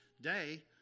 day